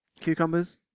Cucumbers